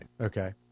Okay